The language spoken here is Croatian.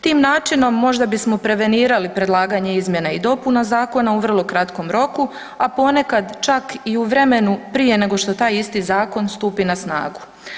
Tim načinom možda bismo prevenirali predlagatelj izmjena i dopuna zakona u vrlo kratkom roku, a ponekad čak i u vremenu prije nego što taj isti zakon stupi na snagu.